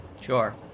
Sure